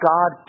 God